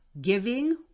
giving